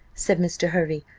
said mr. hervey,